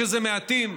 כשזה מעטים,